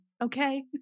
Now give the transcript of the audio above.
Okay